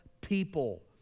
people